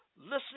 listening